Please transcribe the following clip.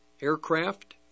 aircraft